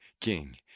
king